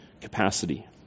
capacity